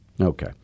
Okay